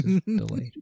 delayed